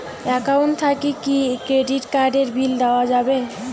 Account থাকি কি credit card এর বিল দেওয়া যাবে?